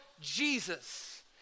Jesus